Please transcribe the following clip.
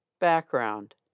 Background